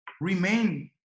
remain